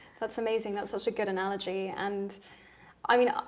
that's amazing. that's such a good analogy and i mean,